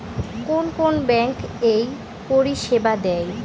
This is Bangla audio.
কোন কোন ব্যাঙ্ক এই পরিষেবা দেয়?